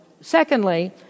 Secondly